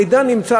המידע נמצא,